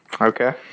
Okay